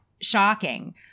shocking